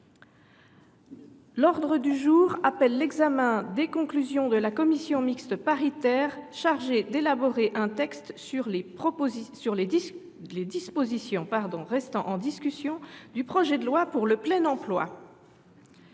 L’ordre du jour appelle l’examen des conclusions de la commission mixte paritaire chargée d’élaborer un texte sur les dispositions restant en discussion du projet de loi pour le plein emploi